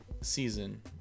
season